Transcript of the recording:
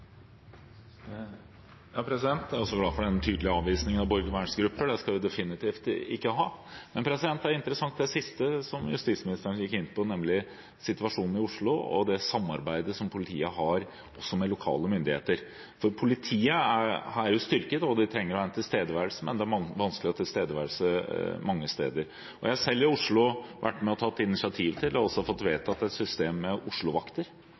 også glad for denne tydelige avvisningen av borgervernsgrupper. Det skal vi definitivt ikke ha. Men det siste som justisministeren gikk inn på, er interessant, nemlig situasjonen i Oslo og det samarbeidet som politiet har med lokale myndigheter. Politiet er styrket, og de trenger å ha en tilstedeværelse, men det er vanskelig å ha tilstedeværelse mange steder. Jeg har i Oslo selv vært med på å ta initiativ til og også fått vedtatt et system med